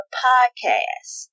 podcast